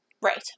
Right